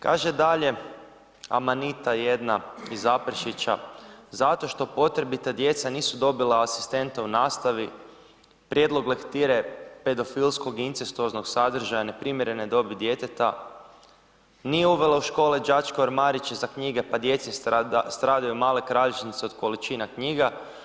Kaže dalje, Amanita jedna iz Zaprešića, zato što potrebita djeca nisu dobila asistenta u nastavi, prijedlog lektire pedofilskog i incestuoznog sadržaja neprimjerene dobi djeteta, nije uvela u škole đačke ormariće za knjige pa djeci stradaju male kralježnice od količina knjiga.